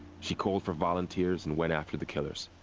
she called for volunteers and went after the killers.